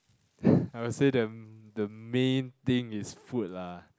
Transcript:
I would say the the main thing is food lah